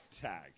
tag